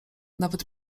nawet